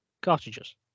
cartridges